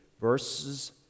verses